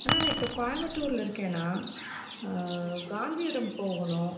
அண்ணா நான் இப்போ கோயம்புத்தூர்ல இருக்கேண்ணா காந்திபுரம் போகணும்